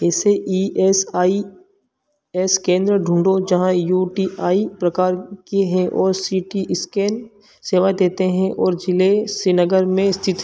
ऐसे E S I S केंद्र ढूंढो जहाँ यू टी आई प्रकार के हैं और सी टी इस्कैन सेवा देते हैं और ज़िले श्रीनगर में स्थित